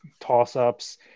toss-ups